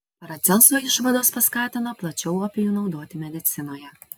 paracelso išvados paskatino plačiau opijų naudoti medicinoje